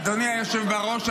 אדוני היושב-ראש,